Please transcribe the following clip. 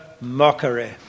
mockery